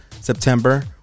September